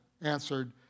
answered